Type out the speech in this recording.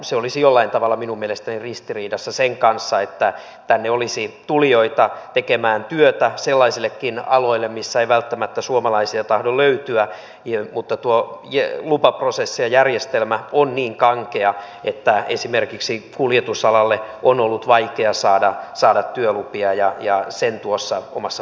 se olisi jollain tavalla minun mielestäni ristiriidassa sen kanssa että tänne olisi tulijoita tekemään työtä sellaisillekin alueille missä ei välttämättä suomalaisia tahdo löytyä mutta tuo lupaprosessi ja järjestelmä on niin kankea että esimerkiksi kuljetusalalle on ollut vaikea saada työlupia ja sen tuossa omassa puheenvuorossani esille toin